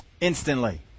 instantly